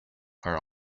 are